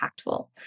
impactful